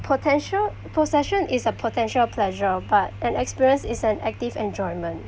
potential possession is a potential pleasure but an experience is an active enjoyment